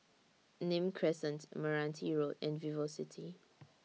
Nim Crescent Meranti Road and Vivocity